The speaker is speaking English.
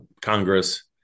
Congress